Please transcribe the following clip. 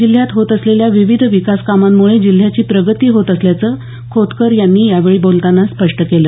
जिल्ह्यात होत असलेल्या विविध विकासकामांमुळे जिल्ह्याची प्रगती होत असल्याचं खोतकर यांनी यावेळी बोलताना स्पष्ट केलं